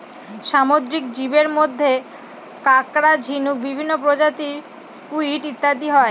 সামুদ্রিক জীবের মধ্যে কাঁকড়া, ঝিনুক, বিভিন্ন প্রজাতির স্কুইড ইত্যাদি হয়